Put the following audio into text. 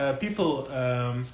people